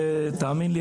ותאמין לי,